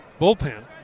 bullpen